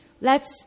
lets